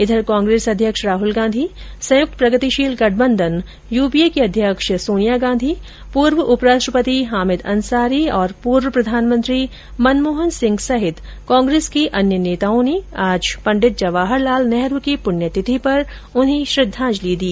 इधर कांग्रेस अध्यक्ष राहुल गांधी संयुक्त प्रगतिशील गठबंधन संप्रग की अध्यक्ष सोनिया गांधी पूर्व उपराष्ट्रपति हामिद अंसारी और पूर्व प्रधानमंत्री मनमोहन सिंह सहित कांग्रेस के अन्य नेताओं ने आज पंडित जवाहर लाल नेहरू की पुण्यतिथि पर उन्हें श्रद्वांजलि दी